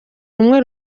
rumwe